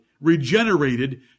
regenerated